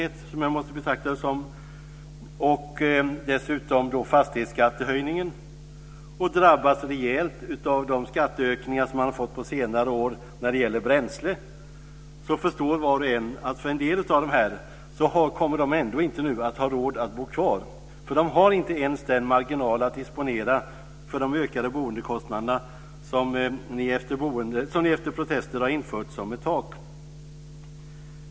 Det rör sig här om en fiktiv förmögenhet. Dessutom drabbas dessa människor rejält av de skatteökningar på bränsle som gjorts på senare år. Var och en förstår då att vissa av dessa människor inte kommer att ha råd att bo kvar. De har inte ens en marginal för de ökande boendekostnaderna som ni efter protester har infört som ett tak.